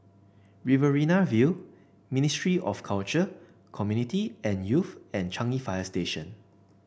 Riverina View Ministry of Culture Community and Youth and Changi Fire Station